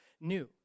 new